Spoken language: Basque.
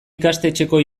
ikastetxeko